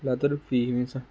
വല്ലാത്തൊരു ഫീലിങ്ങ്സ് ആണ്